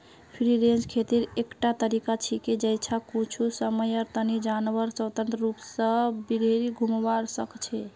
free range खेतीर एकटा तरीका छिके जैछा कुछू समयर तने जानवर स्वतंत्र रूप स बहिरी घूमवा सख छ